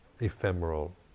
ephemeral